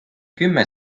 kümme